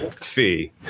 fee